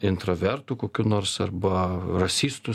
intravertu kokiu nors arba rasistu